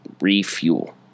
refuel